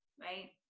right